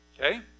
okay